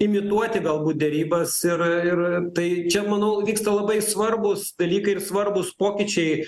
imituoti galbūt derybas ir ir tai čia manau vyksta labai svarbūs dalykai ir svarbūs pokyčiai